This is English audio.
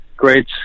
great